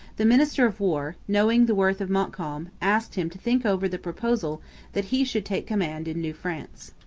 the minister of war, knowing the worth of montcalm, asked him to think over the proposal that he should take command in new france.